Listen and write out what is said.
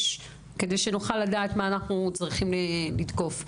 כדי שנוכל לדעת מה אנחנו צריכים לתקוף.